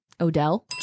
Odell